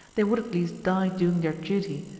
they would at least die doing their duty,